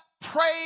pray